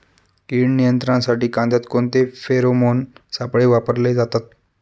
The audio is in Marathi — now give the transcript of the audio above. कीड नियंत्रणासाठी कांद्यात कोणते फेरोमोन सापळे वापरले जातात?